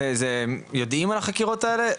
יודעים על החקירות האלה?